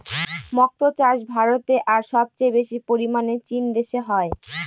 মক্তো চাষ ভারতে আর সবচেয়ে বেশি পরিমানে চীন দেশে হয়